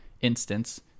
instance